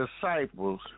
disciples